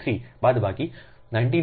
33 બાદબાકી 19